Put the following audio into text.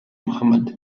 muhammad